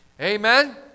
Amen